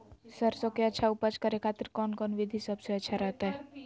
सरसों के अच्छा उपज करे खातिर कौन कौन विधि सबसे अच्छा रहतय?